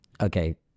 Okay